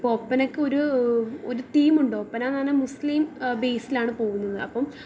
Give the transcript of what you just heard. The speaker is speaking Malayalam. ഇപ്പോൾ ഒപ്പനക്ക് ഒരു ഒരു തീമുണ്ട് ഒപ്പന എന്ന് പറഞ്ഞാൽ മുസ്ലിം ബേയ്സിലാണ് പോകുന്നത് അപ്പം